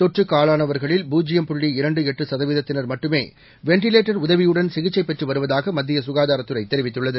தொற்றுக்கு ஆளானவர்களில் பூஜ்யம் புள்ளி இரண்டு எட்டு சதவீதத்தினர் மட்டுமே வெள்டிலேட்டர் உதவியுடன் சிகிச்சை பெற்று வருவதாக மத்திய சுகாதாரத்துறை தெரிவித்துள்ளது